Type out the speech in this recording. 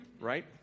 Right